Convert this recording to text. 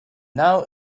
now